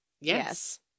Yes